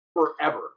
forever